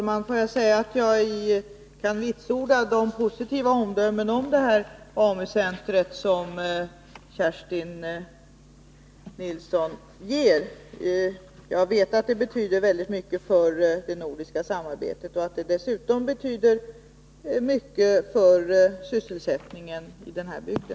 Herr talman! Jag kan vitsorda de positiva omdömen om Nordkalottens AMU-center som Kerstin Nilsson ger. Jag vet att det betyder mycket för det nordiska samarbetet och att det dessutom betyder mycket för sysselsättningen i denna bygd.